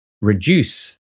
reduce